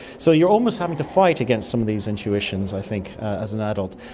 so you're almost having to fight against some of these institutions, i think, as an adult.